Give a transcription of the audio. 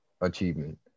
achievement